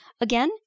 Again